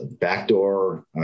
backdoor